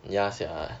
ya sia